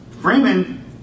Freeman